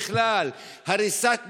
הריסת בתים,